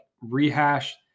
rehash